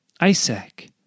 Isaac